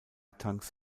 tanks